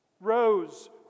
rose